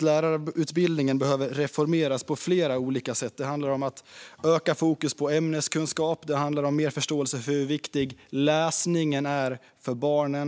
Lärarutbildningen behöver reformeras på flera olika sätt. Det handlar om ökat fokus på ämneskunskap och mer förståelse för hur viktig läsningen är för barnen.